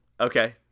Okay